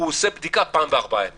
עושה בדיקה פעם בארבעה ימים.